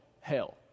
hell